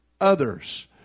others